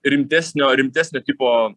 rimtesnio rimtesnio tipo